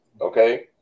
Okay